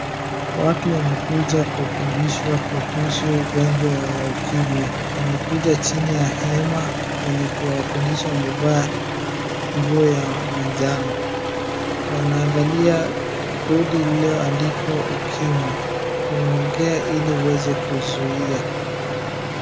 Watu wamekuja kufundishwa kuhusu ugonjwa wa ukimwi. Wamekuja chini ya hema wenye kuwafundisha wamevaa nguo ya manjano. Wanaangalia bodi lilioandikwa ukimwi. Unaongea ili uweze kuzuia.